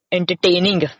Entertaining